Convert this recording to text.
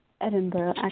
Edinburgh